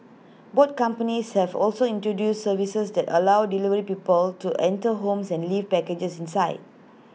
both companies have also introduced services that allow delivery people to enter homes and leave packages inside